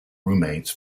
roommates